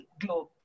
globe